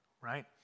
right